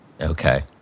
okay